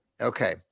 Okay